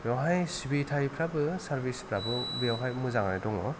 बेवहाय सिबिथाइफ्राबो सार्भिसफ्राबो बेवहाय मोजांआनो दङ